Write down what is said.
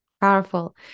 powerful